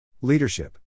Leadership